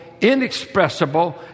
inexpressible